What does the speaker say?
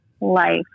life